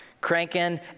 cranking